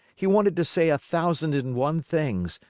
he wanted to say a thousand and one things,